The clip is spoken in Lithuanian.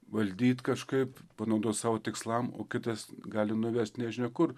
valdyt kažkaip panaudot savo tikslam o kitas gali nuvest nežinia kur